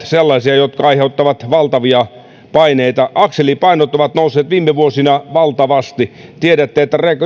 sellaisia jotka aiheuttavat valtavia paineita akselipainot ovat nousseet viime vuosina valtavasti tiedätte